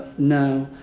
now.